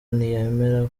ntiyemera